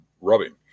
rubbing